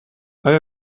آیا